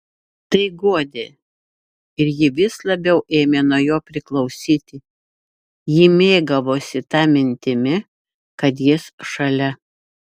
tai guodė ir ji vis labiau ėmė nuo jo priklausyti ji mėgavosi ta mintimi kad jis šalia